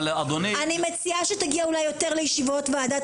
אבל אדוני --- אני מציעה שתגיע אולי יותר לישיבות ועדת